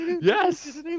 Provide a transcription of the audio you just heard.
yes